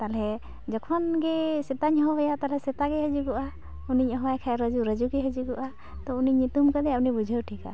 ᱛᱟᱞᱦᱮ ᱡᱚᱠᱷᱚᱱᱜᱮ ᱥᱮᱛᱟᱧ ᱦᱚᱦᱚᱣᱟᱭᱟ ᱛᱟᱞᱦᱮ ᱥᱮᱛᱟᱜᱮᱭ ᱦᱮᱡᱩᱜᱚᱼᱟ ᱩᱱᱤᱧ ᱚᱦᱚᱣᱟᱭ ᱠᱷᱟᱡ ᱨᱟᱹᱡᱩ ᱨᱟᱹᱡᱩᱜᱮᱭ ᱦᱮᱡᱩᱜᱚᱼᱟ ᱛᱳ ᱩᱱᱤᱧ ᱧᱩᱛᱩᱢ ᱠᱟᱫᱮᱭᱟ ᱩᱱᱤᱭ ᱵᱤᱡᱷᱟᱹᱣ ᱴᱷᱤᱠᱟ